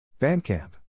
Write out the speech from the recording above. Bandcamp